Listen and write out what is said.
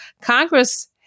Congress